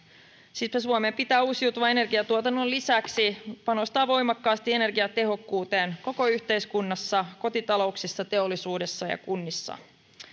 siispä suomen pitää uusiutuvan energiantuotannon lisäksi panostaa voimakkaasti energiatehokkuuteen koko yhteiskunnassa kotitalouksissa teollisuudessa ja kunnissa